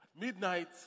midnight